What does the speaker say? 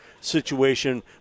situation